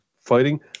fighting